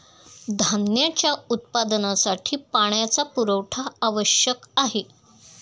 धान्याच्या उत्पादनासाठी पाण्याचा पुरवठा आवश्यक आहे